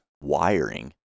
wiring